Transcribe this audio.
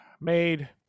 made